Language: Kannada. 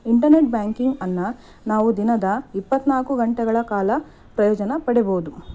ಇಂಟರ್ನೆಟ್ ಬ್ಯಾಂಕಿಂಗನ್ನು ನಾವು ದಿನದ ಇಪ್ಪತ್ನಾಲ್ಕು ಗಂಟೆಗಳ ಕಾಲ ಪ್ರಯೋಜನ ಪಡಿಬೌದು